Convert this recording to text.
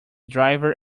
driver